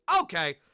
okay